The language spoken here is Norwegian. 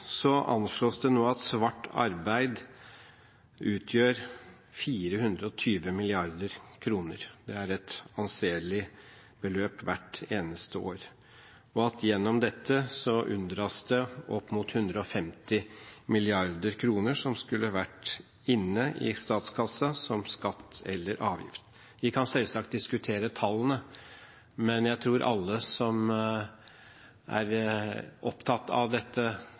anslås det nå at svart arbeid utgjør 420 mrd. kr – det er et anselig beløp – hvert eneste år, og at det gjennom dette unndras opp mot 150 mrd. kr som skulle vært inne i statskassen som skatt eller avgift. Vi kan selvsagt diskutere tallene, men jeg tror alle som er opptatt av dette